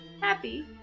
Happy